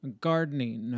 gardening